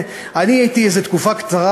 אני הייתי איזה תקופה קצרה,